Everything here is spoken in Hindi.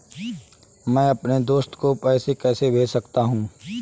मैं अपने दोस्त को पैसे कैसे भेज सकता हूँ?